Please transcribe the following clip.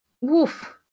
Woof